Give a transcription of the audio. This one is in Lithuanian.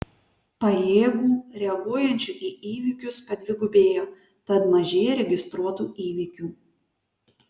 pajėgų reaguojančių į įvykius padvigubėjo tad mažėja registruotų įvykių